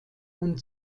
und